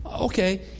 Okay